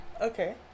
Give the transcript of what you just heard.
Okay